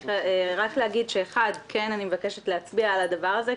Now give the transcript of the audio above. להגיד שאני מבקשת להצביע על הדבר הזה,